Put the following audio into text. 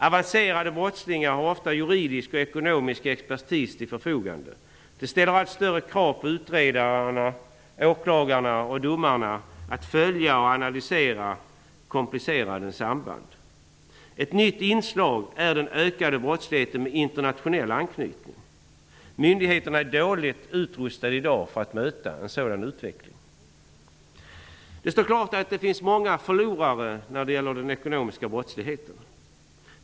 Avancerade brottslingar har ofta juridisk och ekonomisk expertis till sitt förfogande. Detta ställer allt större krav på utredare, åklagare och domare att följa och analysera komplicerade samband. Ett nytt inslag är den ökade brottsligheten med internationell anknytning. Myndigheterna är i dag dåligt rustade för att möta en sådan utveckling. Det står klart att det finns många förlorare när det gäller den ekonomiska brottsligheten.